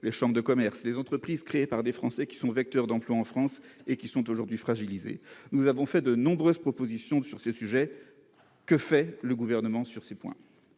les chambres de commerce, les entreprises créées par des Français, vectrices d'emplois en France et aujourd'hui fragilisées. Nous avons formulé de nombreuses propositions sur ces sujets. Que fait le Gouvernement à cet égard ?